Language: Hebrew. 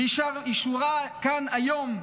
אישורה כאן היום,